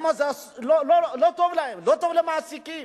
לא טוב להם, לא טוב למעסיקים,